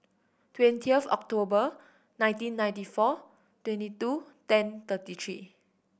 twentieth October nineteen ninety four twenty two ten thirty three